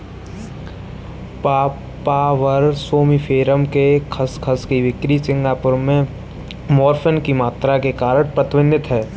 papaver somniferum के खसखस की बिक्री सिंगापुर में मॉर्फिन की मात्रा के कारण प्रतिबंधित है